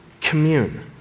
commune